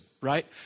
right